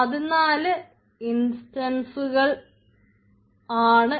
14 ഇൻസ്റ്റൻസ്സുകൾ ആണ്